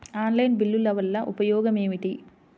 Online బిల్లుల వల్ల ఉపయోగమేమిటీ?